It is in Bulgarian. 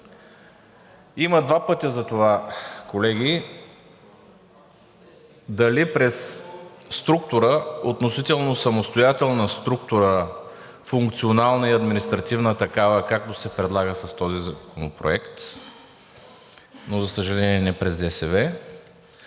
Има два пътя за това, колеги.